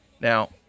Now